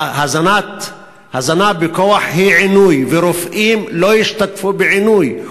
הזנה בכוח היא עינוי, ורופאים לא ישתתפו בעינוי.